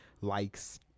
likes